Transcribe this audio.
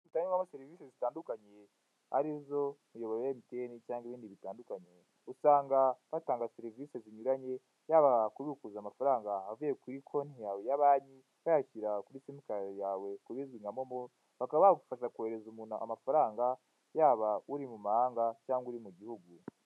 Tangirwamo serivise zitandukanye arizo umuyoboro wa emutiyeni cyangwa ibindi bitandukanye, usanga batanga serivise zinyuranye, yaba kubikuza amafaranga avuye kuri konti yawe ya banki bayashyira kuri simukadi yawe kubindi nka momo, bakaba bagufasha koherereza umuntu amafaranga yaba uri mu mahanga cyangwa uri mu gihugu.